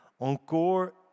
Encore